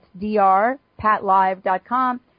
drpatlive.com